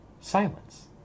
silence